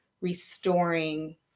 restoring